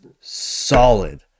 solid